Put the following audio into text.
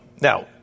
Now